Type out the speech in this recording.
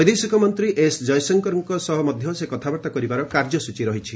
ବୈଦେଶିକ ମନ୍ତ୍ରୀ ଏସ୍ ଜୟଶଙ୍କରଙ୍କ ସହ ମଧ୍ୟ ସେ କଥାବାର୍ତ୍ତା କରିବାର କାର୍ଯ୍ୟସ୍ଚୀ ରହିଛି